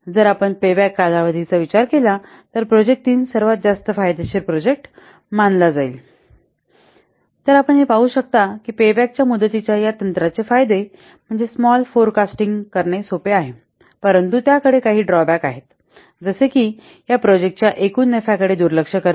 जर आपण पेबॅक कालावधीचा विचार केला तर प्रोजेक्ट 3 सर्वात जास्त फायदेशीर प्रोजेक्ट मानला जाईल तर आपण हे पाहू शकता की पेबबॅकच्या मुदतीच्या या तंत्राचे फायदे म्हणजे स्माल फोरकास्टिंग करणे सोपे आहे परंतु त्याकडे काही ड्रॉ बॅक आहेत जसे की या प्रोजेक्ट च्या एकूण नफाकडे दुर्लक्ष करते